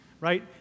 right